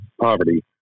poverty